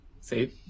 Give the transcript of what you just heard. See